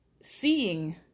seeing